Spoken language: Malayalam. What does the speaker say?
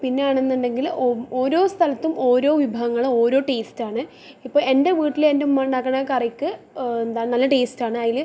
പിന്നെ ആണെന്നുണ്ടെങ്കിൽ ഓരോ സ്ഥലത്തും ഓരോ വിഭവങ്ങൾ ഓരോ ടേസ്റ്റാണ് ഇപ്പം എൻ്റെ വീട്ടിൽ എൻ്റെ ഉമ്മണ്ടാക്കണ കറിക്ക് എന്താ നല്ല ടേസ്റ്റാണ് അതിൽ